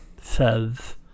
says